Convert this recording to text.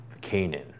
Canaan